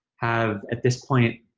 have, at this point,